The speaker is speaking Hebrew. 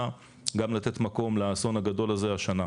גם לתת מקום לאסון הגדול הזה השנה.